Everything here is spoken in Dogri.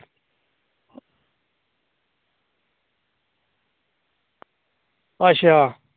अच्छा